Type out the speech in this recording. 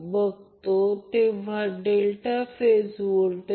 तर त्याचप्रमाणे येथे KCL लागू करावे लागेल